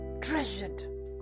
treasured